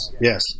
yes